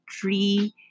three